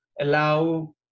allow